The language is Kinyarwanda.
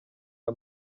aya